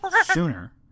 sooner